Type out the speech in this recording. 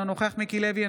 אינו נוכח מיקי לוי,